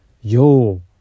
Yo